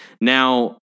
Now